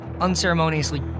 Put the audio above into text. unceremoniously